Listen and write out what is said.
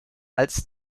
als